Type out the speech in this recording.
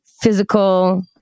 physical